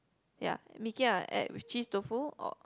ya Mee-Kia add with cheese tofu or